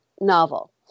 novel